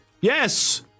yes